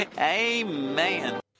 Amen